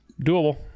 doable